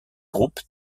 groupe